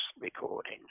recording